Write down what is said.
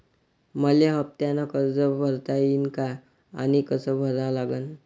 मले हफ्त्यानं कर्ज भरता येईन का आनी कस भरा लागन?